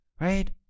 right